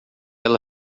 ela